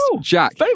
Jack